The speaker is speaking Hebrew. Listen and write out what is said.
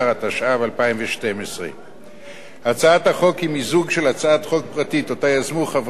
התשע"ב 2012. הצעת החוק היא מיזוג של הצעת חוק פרטית שיזמו חברת